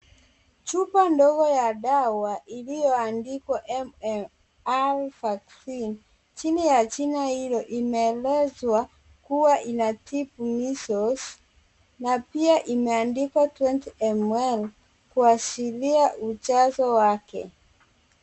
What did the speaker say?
Chupa ndogo ya dawa iliyoandikwa MMR vaccine . Chini ya jina hilo imeelezwa kuwa inatibu measles na pia imeandikwa twenty ml kuashiria ujazo wake.